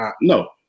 No